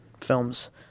films